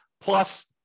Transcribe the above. plus